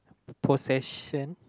possession